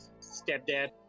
stepdad